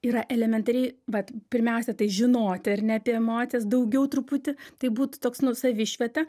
yra elementariai vat pirmiausia tai žinoti ar ne apie emocijas daugiau truputį tai būtų toks nu savišvieta